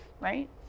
right